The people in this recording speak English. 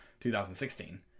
2016